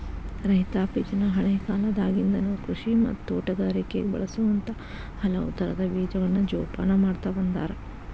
ರೈತಾಪಿಜನ ಹಳೇಕಾಲದಾಗಿಂದನು ಕೃಷಿ ಮತ್ತ ತೋಟಗಾರಿಕೆಗ ಬಳಸುವಂತ ಹಲವುತರದ ಬೇಜಗಳನ್ನ ಜೊಪಾನ ಮಾಡ್ತಾ ಬಂದಾರ